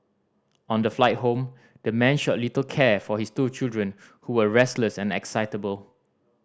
on the flight home the man showed little care for his two children who were restless and excitable